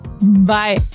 Bye